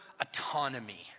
autonomy